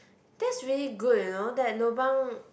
that's really good you know that lobang